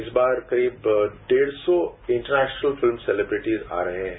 इस बार करीब डेढ़ सौ इंटरनेशनल फिल्म सेलिब्रेटिज आ रहे हैं